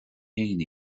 féin